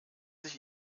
sich